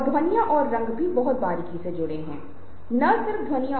प्रश्न पूछना भी अपनी रुचि को दिखाने का एक तरीका है